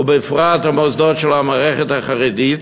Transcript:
ובפרט המוסדות של המערכת החרדית,